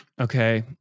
Okay